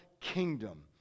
kingdom